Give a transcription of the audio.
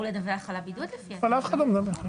לדווח על הבידוד לפי -- אבל אף אחד לא מדווח עליו.